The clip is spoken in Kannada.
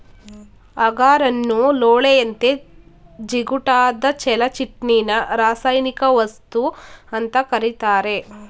ಅಗಾರನ್ನು ಲೋಳೆಯಂತೆ ಜಿಗುಟಾದ ಜೆಲಟಿನ್ನಿನರಾಸಾಯನಿಕವಸ್ತು ಅಂತ ಕರೀತಾರೆ